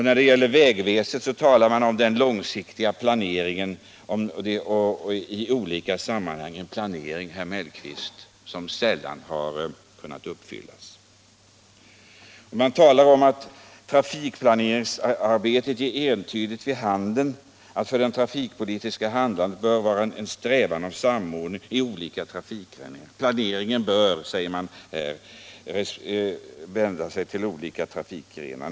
När det gäller vägväsendet talar man om den långsiktiga planeringen i olika sammanhang, — en planering, herr Mellqvist, som sällan har kunnat uppfyllas. Man talar om att ”trafikplaneringsarbetet ger entydigt vid handen att grunden för det trafikpolitiska handlandet bör vara en strävan till samordning mellan olika trafikgrenar —-—=—. Planeringen bör dels ske inom resp. trafikgrenar, dels mellan de olika trafikgrenarna.